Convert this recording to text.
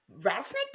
rattlesnake